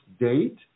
date